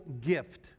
gift